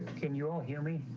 can you all hear me.